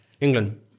England